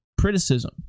criticism